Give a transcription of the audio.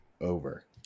over